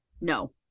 no